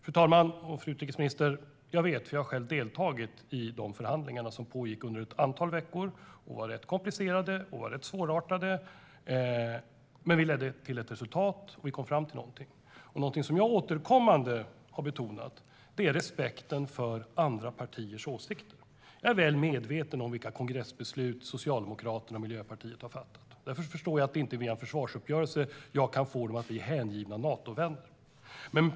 Fru talman och fru utrikesminister! Jag deltog själv i förhandlingarna som pågick under ett antal veckor. Förhandlingarna var komplicerade och svåra, men de ledde till ett resultat. Vi kom fram till någonting. Någonting som jag återkommande har betonat är respekt för andra partiers åsikter. Jag är väl medveten om vilka kongressbeslut som Socialdemokraterna och Miljöpartiet har fattat på sina respektive kongresser. Därför förstår jag att det inte går att förmå dem till att bli hängivna Natovänner.